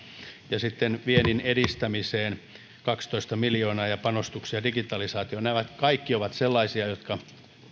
ja sitten viennin edistämiseen kaksitoista miljoonaa ja panostukset digitalisaatioon kaikki ovat sellaisia jotka